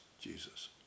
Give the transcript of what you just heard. Jesus